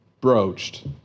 broached